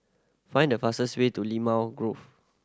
find the fastest way to Limau Grove